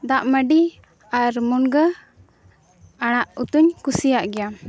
ᱫᱟᱜᱢᱟ ᱰᱤ ᱟᱨ ᱢᱩᱱᱜᱟᱹ ᱟᱲᱟᱜ ᱩᱛᱩᱧ ᱠᱩᱥᱤᱭᱟᱜ ᱜᱮᱭᱟ